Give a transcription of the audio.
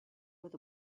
where